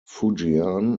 fujian